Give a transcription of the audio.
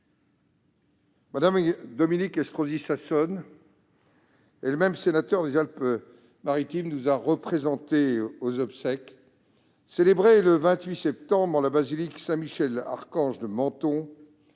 Mme Dominique Estrosi Sassone, elle-même sénateur des Alpes-Maritimes, a représenté le Sénat aux obsèques, célébrées le 28 septembre en la basilique Saint-Michel-Archange de Menton,